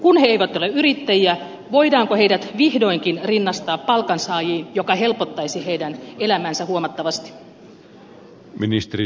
kun he eivät ole yrittäjiä voidaanko heidät vihdoinkin rinnastaa palkansaajiin mikä helpottaisi heidän elämäänsä huomattavasti